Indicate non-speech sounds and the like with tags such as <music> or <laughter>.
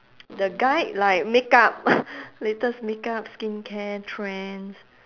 the guide like makeup <noise> latest makeup skincare trends